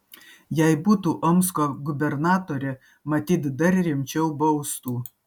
jei būtų omsko gubernatore matyt dar rimčiau baustų